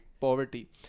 poverty